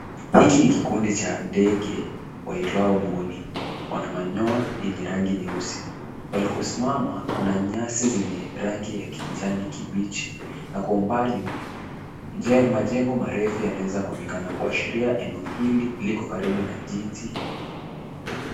Hiki ni kikundi cha ndege waitwao mbuni, wana manyoya yenye rangi nyeusi, walikosimama kuna nyasi zenye rangi ya kijani kibichi na kwa umbali majengo marefu yanaweza kuonekana kuashiria eneo hili liko karibu na jiji.